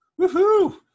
Woohoo